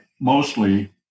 mostly